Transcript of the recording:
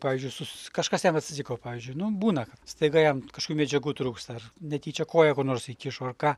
pavyzdžiui kažkas jam atsitiko pavyzdžiui nu būna staiga jam kažkokių medžiagų trūksta ar netyčia koją kur nors įkišo ar ką